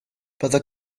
byddai